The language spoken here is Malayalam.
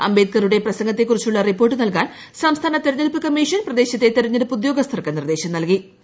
അംബേദ്കറുടെ പ്രസംഗത്തെക്കുറിച്ചുള്ള റിപ്പോർട്ട് നൽകാൻ സംസ്ഥാന തെരഞ്ഞെടുപ്പ് കമ്മീഷൻ പ്രിദ്ദേശത്തെ തെരഞ്ഞെടുപ്പ് ഉദ്യോഗസ്ഥർക്ക് നിർദ്ദേശം നൽകീ